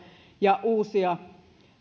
ja kolmoisraiteita